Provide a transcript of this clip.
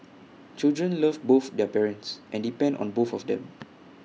children love both their parents and depend on both of them